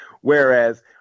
whereas